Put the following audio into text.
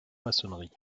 maçonnerie